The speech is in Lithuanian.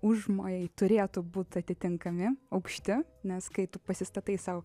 užmojai turėtų būt atitinkami aukšti nes kai tu pasistatai sau